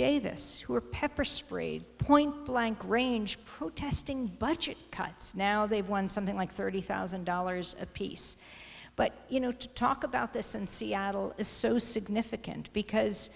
davis who were pepper sprayed point blank range protesting budget cuts now they won something like thirty thousand dollars apiece but you know to talk about this and seattle is so significant because